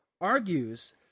argues